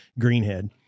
greenhead